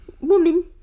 Woman